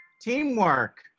Teamwork